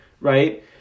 right